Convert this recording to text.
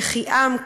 יחיעם,